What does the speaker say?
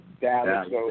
Dallas